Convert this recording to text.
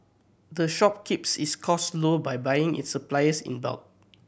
the shop keeps its cost low by buying its supplies in bulk